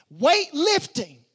Weightlifting